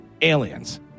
aliens